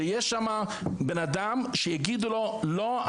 שיש שם בן אדם שיגידו לו: לא,